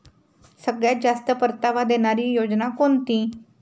सगळ्यात जास्त परतावा देणारी योजना कोणती?